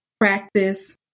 practice